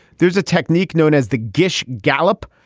there's a technique known as the gift gallop.